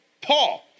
Paul